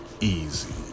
easy